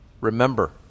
Remember